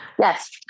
Yes